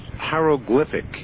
hieroglyphic